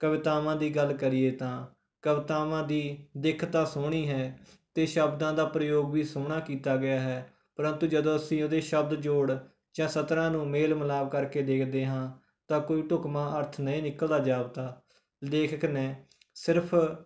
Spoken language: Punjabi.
ਕਵਿਤਾਵਾਂ ਦੀ ਗੱਲ ਕਰੀਏ ਤਾਂ ਕਵਿਤਾਵਾਂ ਦੀ ਦਿੱਖ ਤਾਂ ਸੋਹਣੀ ਹੈ ਅਤੇ ਸ਼ਬਦਾਂ ਦਾ ਪ੍ਰਯੋਗ ਵੀ ਸੋਹਣਾ ਕੀਤਾ ਗਿਆ ਹੈ ਪ੍ਰੰਤੂ ਜਦੋਂ ਅਸੀਂ ਉਹਦੇ ਸ਼ਬਦ ਜੋੜ ਜਾਂ ਸਤਰਾਂ ਨੂੰ ਮੇਲ ਮਿਲਾਪ ਕਰਕੇ ਦੇਖਦੇ ਹਾਂ ਤਾਂ ਕੋਈ ਢੁੱਕਵਾਂ ਅਰਥ ਨਹੀਂ ਨਿਕਲਦਾ ਜਾਪਦਾ ਲੇਖਕ ਨੇ ਸਿਰਫ਼